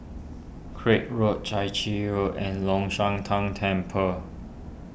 Craig Road Chai Chee Road and Long Shan Tang Temple